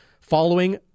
following